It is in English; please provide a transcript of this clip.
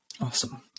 Awesome